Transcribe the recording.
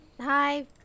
Hi